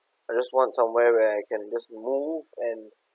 I just want somewhere where I can just move and